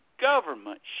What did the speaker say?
government